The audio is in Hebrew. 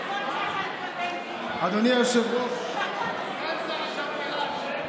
אדוני היושב-ראש,